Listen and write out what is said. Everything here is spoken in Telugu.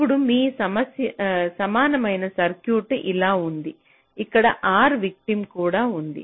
ఇప్పుడు మీ సమానమైన సర్క్యూట్ ఇలా ఉంది ఇక్కడ R విటిమ్ కూడా ఉంది